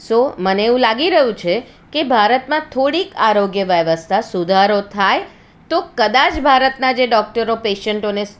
સો મને એવું લાગી રહ્યું છે કે ભારતમાં થોડીક આરોગ્ય વ્યવસ્થા સુધારો થાય તો કદાચ ભારતના જે ડોકટરો પેશન્ટોને